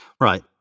Right